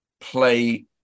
play